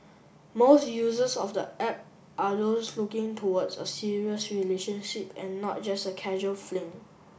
most users of the app are those looking towards a serious relationship and not just a casual fling